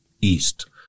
east